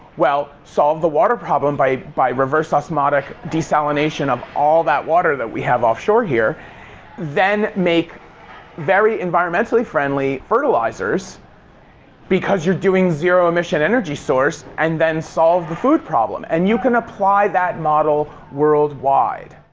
well, solve the water problem by by reverse osmosis desalination of all that water we have off-shore here then make very environmentally friendly fertilizers because you're doing zero-emission energy source and then solve the food problem. and you can apply that model worldwide.